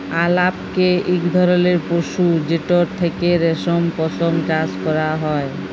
আলাপকে ইক ধরলের পশু যেটর থ্যাকে রেশম, পশম চাষ ক্যরা হ্যয়